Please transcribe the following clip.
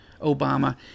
Obama